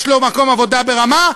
יש לו מקום עבודה ברמה,